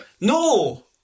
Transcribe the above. No